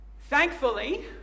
Thankfully